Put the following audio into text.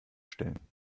stellen